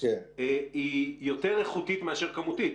היא יותר איכותית מאשר כמותית.